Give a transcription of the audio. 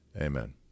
Amen